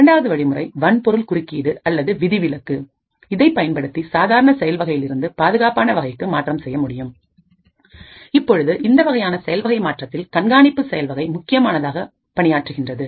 இரண்டாவது வழிமுறை வன்பொருள் குறுக்கீடுஅல்லது விதிவிலக்கு இதைப் பயன்படுத்தி சாதாரண செயல் வகையிலிருந்து பாதுகாப்பான வகைக்கு மாற்றம் செய்ய முடியும் இப்பொழுது இந்த வகையான செயல்வகை மாற்றத்தில் கண்காணிப்பு செயல்வகை முக்கியமான பணியாற்றுகிறது